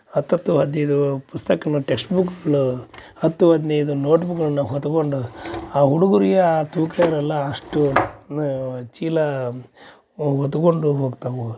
ಹತ್ತತ್ತು ಹದಿನೈದು ಪುಸ್ತಕನ ಟೆಸ್ಟ್ಬುಕ್ಗಳೂ ಹತ್ತು ಹದಿನೈದು ನೋಟ್ ಬುಕ್ಗಳ್ನ ಹೊತಕೊಂಡು ಆ ಹುಡುಗರಿಗೆ ಆ ತೂಕ ಇರಲ್ಲ ಅಷ್ಟು ನ ಚೀಲಾ ಅವು ಹೊತ್ಕೊಂಡು ಹೋಗ್ತವು